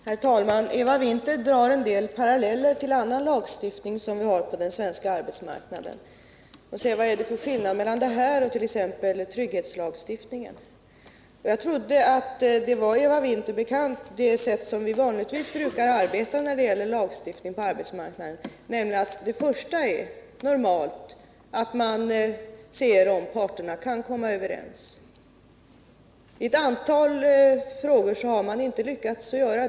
Herr talman! Eva Winther drog en del paralleller till annan lagstiftning på den svenska arbetsmarknaden och frågade: Vad är det för skillnad mellan denna lag och t.ex. trygghetslagstiftningen? Jag trodde att Eva Winther kände till det sätt varpå vi vanligtvis brukar arbeta när det gäller lagstiftning på arbetsmarknaden. Först undersöker man om parterna kan komma överens. I ett antal frågor har detta inte lyckats.